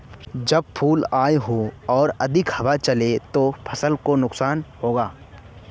जब फूल आए हों और अधिक हवा चले तो फसल को नुकसान होगा?